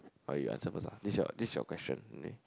oh you answer first ah this is your this is your question there